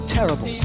Terrible